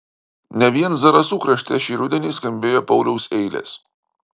ne vien zarasų krašte šį rudenį skambėjo pauliaus eilės